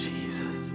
Jesus